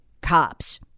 cops